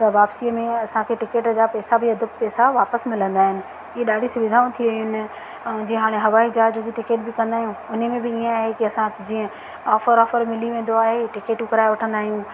त वापसीअ में असांखे टिकट जा पैसा बि अधु पैसा वापसि मिलंदा आहिनि ईअं ॾाढी सुविधाऊं थी वियूं आहिनि ऐं जीअं हाणे हवाई जहाज जी टिकट बि कंदा आहियूं उन में ईअं आहे कि असां जीअं ऑफर वॉफर मिली वेंदो आहे टिकटूं कराए वठंदा आहियूं